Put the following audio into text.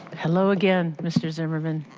hello again mr. zimmerman.